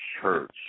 church